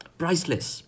priceless